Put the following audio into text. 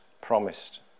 promised